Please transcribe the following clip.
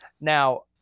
Now